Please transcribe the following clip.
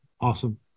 Awesome